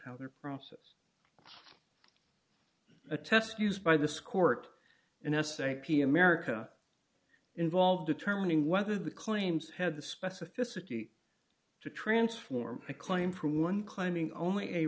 how their process a test used by this court and s h p america involved determining whether the claims had the specificity to transform a claim from one claiming only a